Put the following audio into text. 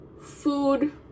food